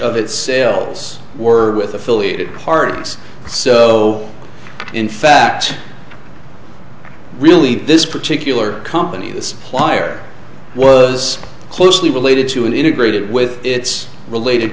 of its sales were with affiliated parties so in fact really this particular company plier was closely related to an integrated with its related